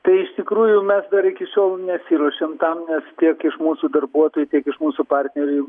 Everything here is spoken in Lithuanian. tai iš tikrųjų mes dar iki šiol nesiruošėm tam nes tiek iš mūsų darbuotojų tiek iš mūsų partnerių